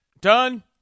done